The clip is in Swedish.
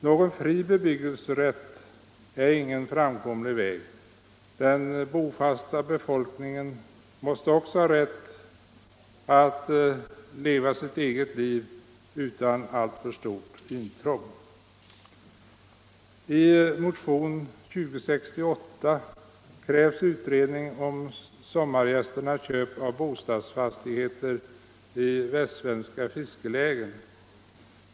En fri bebyggelserätt är ingen framkomlig väg. Den bofasta befolkningen måste också ha rätt att leva sitt liv, utan al'tför stort intrång. I motionen 2068 krävs utredning om sommargästers köp av bostadsfastigheter i västsvenska fiskelägen.